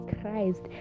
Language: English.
Christ